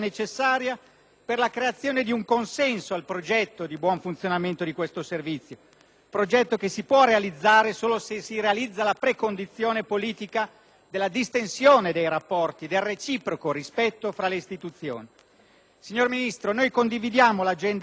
progetto che si può realizzare solo se si realizza la precondizione politica della distensione dei rapporti e del reciproco rispetto tra le istituzioni. Signor Ministro, noi condividiamo l'agenda delle riforme che lei ha illustrato al momento del suo insediamento e che ha ribadito anche questa sera.